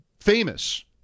famous